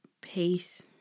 peace